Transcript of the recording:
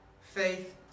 Faith